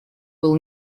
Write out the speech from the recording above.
был